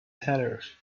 tatters